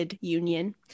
union